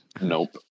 nope